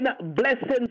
blessings